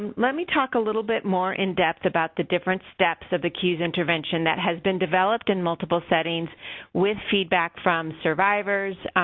let me talk a little bit more in depth about the different steps of the cues intervention that has been developed in multiple settings with feedback from survivors,